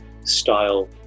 style